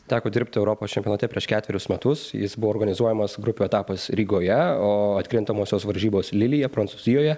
teko dirbti europos čempionate prieš ketverius metus jis buvo organizuojamas grupių etapas rygoje o atkrintamosios varžybos lilyje prancūzijoje